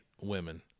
women